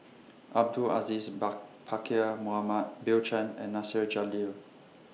Abdul Aziz Pakkeer Mohamed Bill Chen and Nasir Jalil